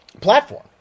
platform